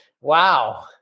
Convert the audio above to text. Wow